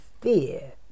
fear